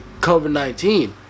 COVID-19